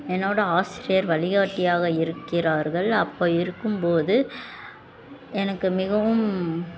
என்னோடய ஆசிரியர் வழிகாட்டியாக இருக்கிறார்கள் அப்போ இருக்கும் போது எனக்கு மிகவும்